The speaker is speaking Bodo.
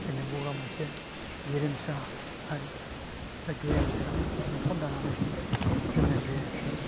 दिनै बर'आ मोनसे गेरेमसा हारि बा गेरेमसा न'खर दानानै जोङो बे